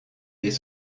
des